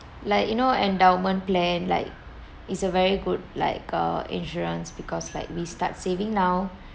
like you know endowment plan like it's a very good like err insurance because like we start saving now